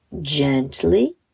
gently